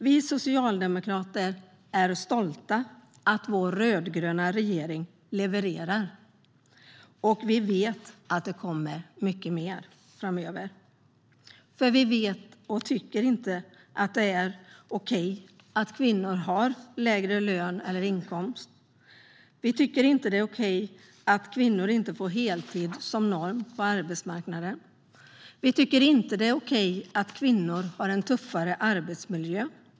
Vi socialdemokrater är stolta över att vår rödgröna regering levererar. Och vi vet att det kommer att komma mycket mer framöver. Vi vet att kvinnor har lägre inkomst. Vi tycker inte att det är okej. Vi tycker inte att det är okej att kvinnor inte får heltid som norm på arbetsmarknaden. Vi tycker inte att det är okej att kvinnor har tuffare arbetsmiljö.